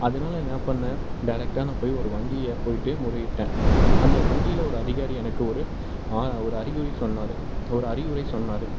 அதனால என்னப் பண்ணேன் டேரேக்டாக நான் போய் ஒரு வங்கியை போய்விட்டு முறையிட்டேன் அந்த வங்கியில் ஒரு அதிகாரி எனக்கு ஒரு ஒரு அறிகுறி சொன்னார் ஒரு அறிவுரை சொன்னார்